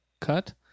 cut